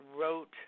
wrote